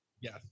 Yes